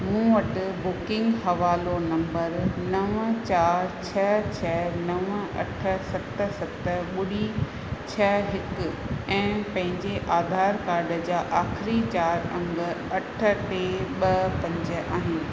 मूं वटि बुकिंग हवालो नंबर नव चारि छ छ नव अठ सत सत ॿुड़ी छ हिकु ऐं पंहिंजे आधार कार्ड जा आखरीं चारि अंङ अठ टे ॿ पंज आहिनि